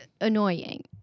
annoying